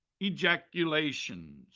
ejaculations